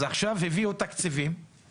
אז עכשיו הביאו תקציבים,